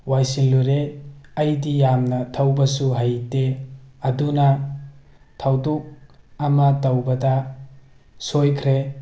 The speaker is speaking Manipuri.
ꯋꯥꯏꯁꯤꯜꯂꯨꯔꯦ ꯑꯩꯗꯤ ꯌꯥꯝꯅ ꯊꯧꯕꯁꯨ ꯍꯩꯇꯦ ꯑꯗꯨꯅ ꯊꯧꯗꯨꯛ ꯑꯃ ꯇꯧꯕꯗ ꯁꯣꯏꯈ꯭ꯔꯦ